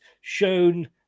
shown –